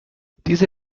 diese